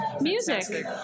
Music